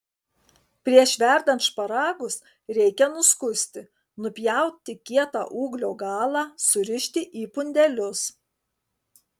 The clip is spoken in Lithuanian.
prieš verdant šparagus reikia nuskusti nupjauti kietą ūglio galą surišti į pundelius